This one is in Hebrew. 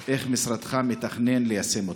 2. איך משרדך מתכנן ליישם אותה?